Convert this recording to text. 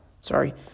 sorry